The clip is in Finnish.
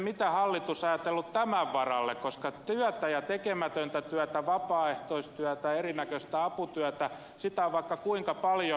mitä hallitus on ajatellut tämän varalle koska työtä ja tekemätöntä työtä vapaaehtoistyötä eri näköistä aputyötä sitä on vaikka kuinka paljon